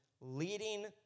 leading